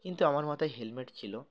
কিন্তু আমার মাথায় হেলমেট ছিল